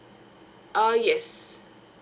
uh yes